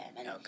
Okay